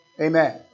Amen